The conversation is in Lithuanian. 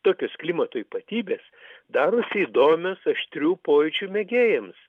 tokios klimato ypatybės darosi įdomios aštrių pojūčių mėgėjams